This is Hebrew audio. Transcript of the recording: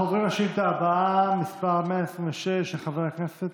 אנחנו עוברים לשאילתה הבאה, מס' 126, של חבר הכנסת